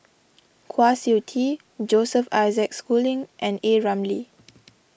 Kwa Siew Tee Joseph Isaac Schooling and A Ramli